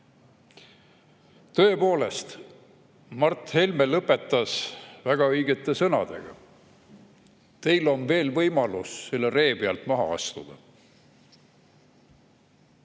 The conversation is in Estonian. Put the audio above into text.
Tõepoolest, Mart Helme lõpetas väga õigete sõnadega: teil on veel võimalus selle ree pealt maha astuda.